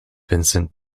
vincent